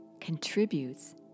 contributes